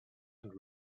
and